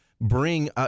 bring